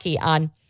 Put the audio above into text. on